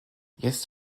jetzt